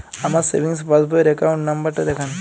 আমার সেভিংস পাসবই র অ্যাকাউন্ট নাম্বার টা দেখান?